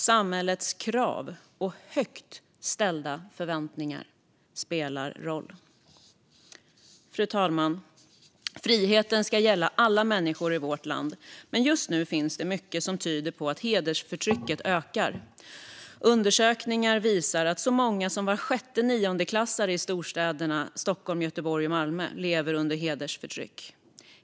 Samhällets krav och högt ställda förväntningar spelar roll. Fru talman! Friheten ska gälla alla människor i vårt land, men just nu finns det mycket som tyder på att hedersförtrycket ökar. Undersökningar visar att så många som var sjätte niondeklassare i storstäderna Stockholm, Göteborg och Malmö lever under hedersförtryck.